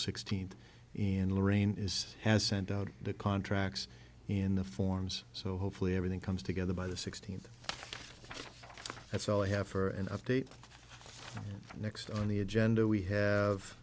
sixteenth and lorraine is has sent out the contracts in the forms so hopefully everything comes together by the sixteenth that's all i have for an update next on the agenda we have